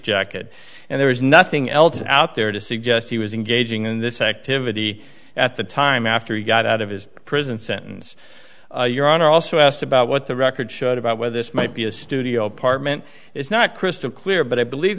jacket and there was nothing else out there to suggest he was engaging in this activity at the time after he got out of his prison sentence your honor also asked about what the record showed about where this might be a studio apartment it's not crystal clear but i believe